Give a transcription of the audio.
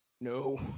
No